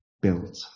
built